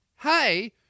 Hey